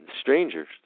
strangers